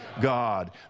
God